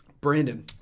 Brandon